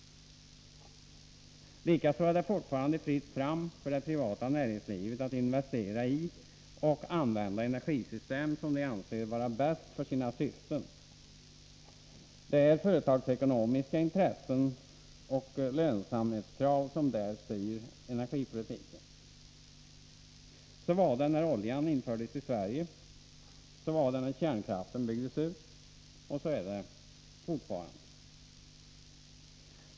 Likaså är det fortfarande fritt fram för det privata näringslivet att investera i och använda energisystem som det anser vara bäst för sina syften. Det är företagsekonomiska intressen och lönsamhetskrav som där styr energipolitiken. Så var det när oljan infördes i Sverige, så var det när kärnkraften byggdes ut och så är det fortfarande.